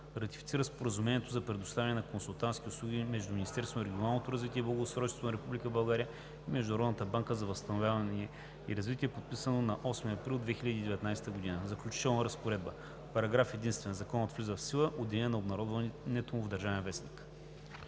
Ратифицира Споразумението за предоставяне на консултантски услуги между Министерството на регионалното развитие и благоустройството на Република България и Международната банка за възстановяване и развитие, подписано на 8 април 2019 г. Заключителна разпоредба Параграф единствен. Законът влиза в сила от деня на обнародването му в „Държавен вестник“.“